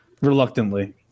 Reluctantly